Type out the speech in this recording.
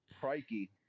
Crikey